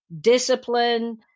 discipline